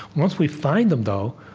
once we find them, though,